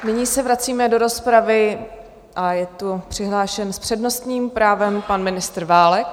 Nyní se vracíme do rozpravy a je tu přihlášen s přednostním právem pan ministr Válek.